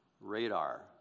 radar